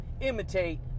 imitate